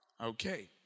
Okay